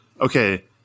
okay